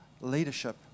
leadership